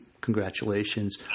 congratulations